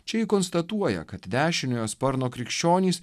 čia konstatuoja kad dešiniojo sparno krikščionys